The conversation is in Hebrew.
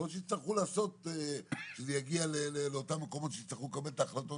אולי יצטרכו לעשות שזה יגיע לאותם מקומות שיצטרכו לקבל את ההחלטות,